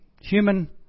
human